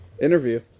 interview